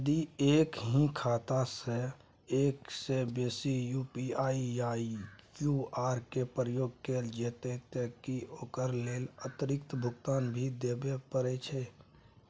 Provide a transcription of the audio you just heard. यदि एक ही खाता सं एक से बेसी यु.पी.आई या क्यू.आर के उपयोग कैल जेतै त की ओकर लेल अतिरिक्त भुगतान भी देबै परै छै?